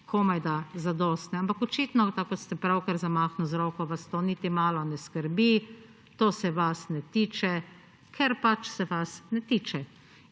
komajda zadostne. Ampak očitno, tako kot ste pravkar zamahnili z roko, vas to niti malo ne skrbi, to se vas ne tiče, ker pač se vas ne tiče.